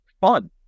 fun